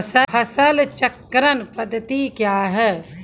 फसल चक्रण पद्धति क्या हैं?